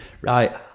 right